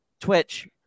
Twitch